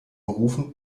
berufen